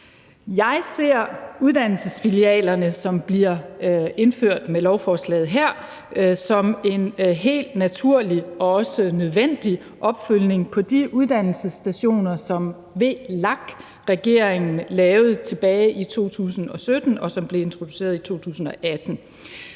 Jeg ser uddannelsesfilialerne, som bliver indført med lovforslaget her, som en helt naturlig og også nødvendig opfølgning på de uddannelsesstationer, som VLAK-regeringen lavede tilbage i 2017, og som blev introduceret i 2018.